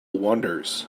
wanders